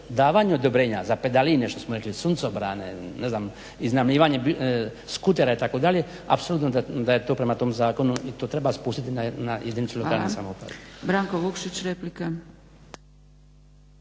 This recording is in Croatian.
davanje odobrenja za pedaline što smo rekli, suncobrane, iznajmljivanje skutera itd. apsolutno da je to prema tom zakonu i to treba spustiti na jedinicu lokalne samouprave. **Zgrebec,